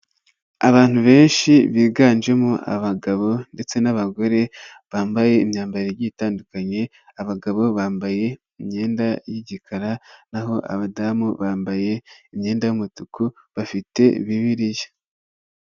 Abantu benshi biganjemo abagabo ndetse n'abagore bambaye imyambarire igiye itandukanye, abagabo bambaye imyenda y'igikara naho abadamu bambaye imyenda y'umutuku bafite Bibiliya.